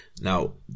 Now